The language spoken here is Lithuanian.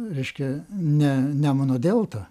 reiškia ne nemuno delta